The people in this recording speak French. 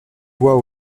bois